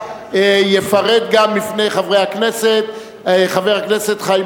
יפרט לפני חברי הכנסת גם חבר הכנסת חיים